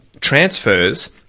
transfers